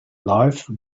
life